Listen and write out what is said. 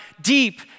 deep